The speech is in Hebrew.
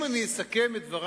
צריכים לתקן אותם